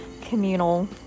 communal